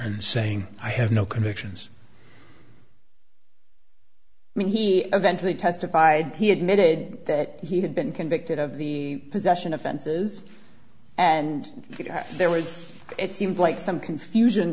and saying i have no convictions i mean he eventually testified he admitted that he had been convicted of the possession offenses and there was it seemed like some confusion